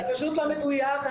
זה פשוט לא מדויק.